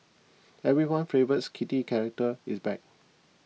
everyone favourite kitty character is back